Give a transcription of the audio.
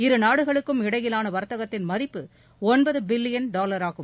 இரு நாடுகளுக்குமிடையிலான வர்த்தகத்தின் மதிப்பு ஒன்பது பில்லியன் டாவராகும்